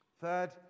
Third